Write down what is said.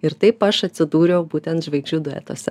ir taip aš atsidūriau būtent žvaigždžių duetuose